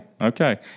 Okay